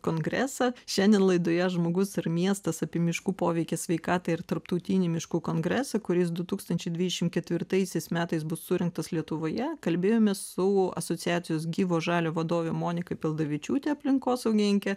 kongresą šiandien laidoje žmogus ir miestas apie miškų poveikį sveikatai ir tarptautinį miškų kongresą kuris du tūkstančiai dvišim ketvirtaisiais metais bus surengtas lietuvoje kalbėjomės su asociacijos gyvo žalio vadove monika pildavičiute aplinkosaugininke